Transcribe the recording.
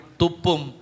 tupum